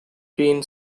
been